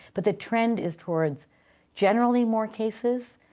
but the trend is towards generally more cases,